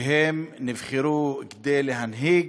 שהם נבחרו כדי להנהיג,